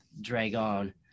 Dragon